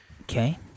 Okay